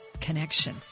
connection